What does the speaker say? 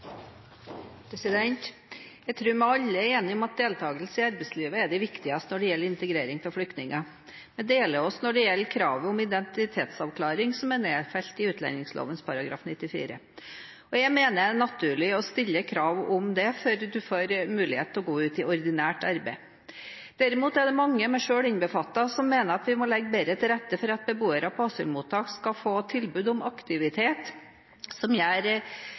Jeg tror vi alle er enige om at deltakelse i arbeidslivet er det viktigste når det gjelder integrering av flyktninger, men vi deler oss når det gjelder kravet om identitetsavklaring som er nedfelt i utlendingsloven § 94. Jeg mener det er naturlig å stille krav om det før en får mulighet til å gå ut i ordinært arbeid. Derimot er det mange, meg selv innbefattet, som mener at vi må legge bedre til rette for at beboere på asylmottak skal få tilbud om aktivitet som